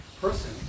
person